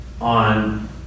on